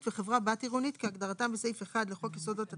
וחברת בת עירונית כהגדרתם בסעיף 21 לחוק יסודות התקציב,